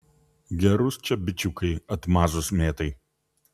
gerus čia bičiukai atmazus mėtai